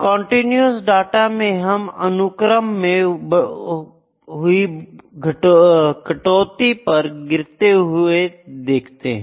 continuous data में हम अनुक्रम में हुई कटौती पर गिरते हुए देखते हैं